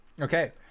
Okay